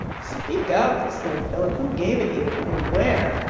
speak up! exclaimed philip. who gave it you and where?